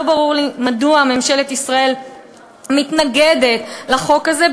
לא ברור לי מדוע ממשלת ישראל מתנגדת לחוק הזה,